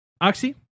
oxy